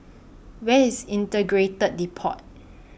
Where IS Integrated Depot